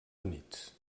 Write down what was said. units